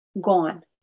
gone